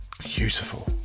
beautiful